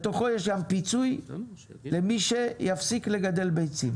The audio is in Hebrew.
בתוכו יש פיצוי למי שיפסיק לגדל ביצים,